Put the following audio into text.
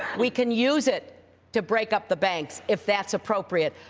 we can use it to break up the banks, if that's appropriate.